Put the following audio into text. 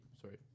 sorry